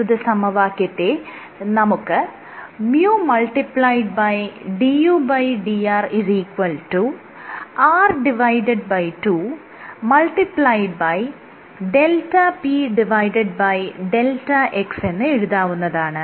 പ്രസ്തുത സമവാക്യത്തെ നമുക്ക് µdudr r2δpδx എന്ന് എഴുതാവുന്നതാണ്